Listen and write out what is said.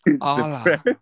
Allah